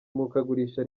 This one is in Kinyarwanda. murikagurisha